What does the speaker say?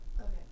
Okay